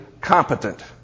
competent